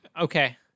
Okay